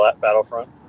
Battlefront